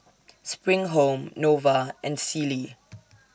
SPRING Home Nova and Sealy